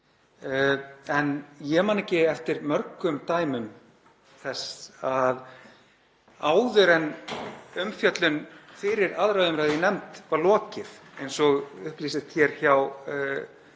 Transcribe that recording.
En ég man ekki eftir mörgum dæmum þess að áður en umfjöllun fyrir 2. umr. í nefnd var lokið, eins og upplýsist hér hjá